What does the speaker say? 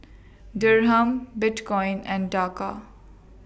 Dirham Bitcoin and Taka